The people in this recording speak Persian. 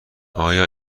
آیا